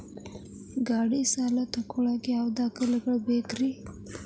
ಗಾಡಿ ಸಾಲ ತಗೋಳಾಕ ಯಾವ ದಾಖಲೆಗಳ ಬೇಕ್ರಿ?